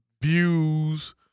Views